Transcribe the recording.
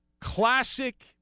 classic